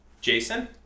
Jason